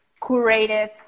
curated